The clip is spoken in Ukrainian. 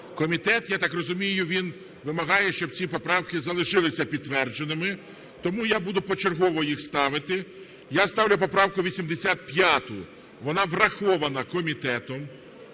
Комітет, я так розумію, він вимагає, щоб ці поправки залишилися підтвердженими. Тому я буду почергово їх ставити. Я ставлю поправку 85. Вона врахована комітетом.